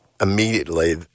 immediately